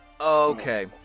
okay